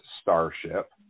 starship